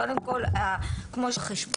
זה גם פתרונות שיש בעולם למקומות